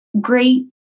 great